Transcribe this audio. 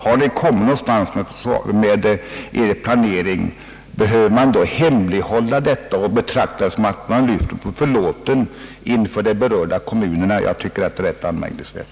Om ni kommit så långt med er planering, behöver man då hemlighålla detta och betrakta ett besked som att lyfta på förlåten inför de berörda kommunerna? Jag tycker det är rätt anmärkningsvärt.